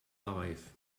life